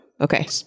Okay